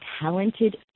talented